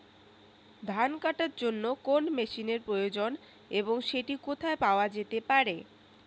ধান কাটার জন্য কোন মেশিনের প্রয়োজন এবং সেটি কোথায় পাওয়া যেতে পারে?